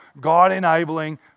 God-enabling